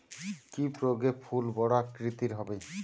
কি প্রয়োগে ফুল বড় আকৃতি হবে?